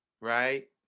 Right